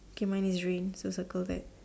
okay mine is rain so circle that